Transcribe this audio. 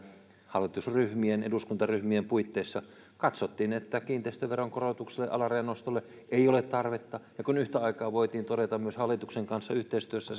hallitusryhmien eduskuntaryhmien puitteissa katsottiin että kiinteistöveron korotukselle alarajan nostolle ei ole tarvetta ja kun yhtä aikaa voitiin todeta myös hallituksen kanssa yhteistyössä